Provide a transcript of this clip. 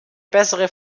bessere